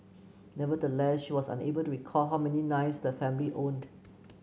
nevertheless she was unable to recall how many knives the family owned